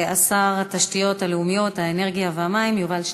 שר התשתיות הלאומיות, האנרגיה והמים יובל שטייניץ.